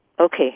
Okay